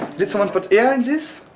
did someone put air in this?